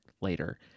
later